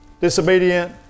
disobedient